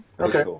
Okay